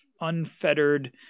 unfettered